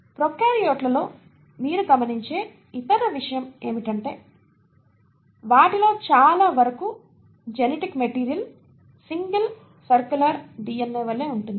ప్రొకార్యోట్లలో మీరు గమనించే ఇతర విషయం ఏమిటంటే వాటిలో చాలా వరకు genetic material single circular DNA వలె ఉంటుంది